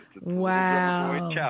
Wow